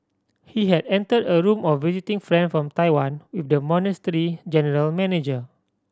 he had enter a room of visiting friend from Taiwan with the monastery's general manager